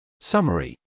Summary